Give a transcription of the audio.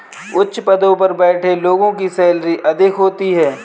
उच्च पदों पर बैठे लोगों की सैलरी अधिक होती है